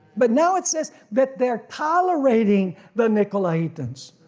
but now it says that they're tolerating the nicolaitans.